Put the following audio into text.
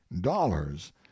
dollars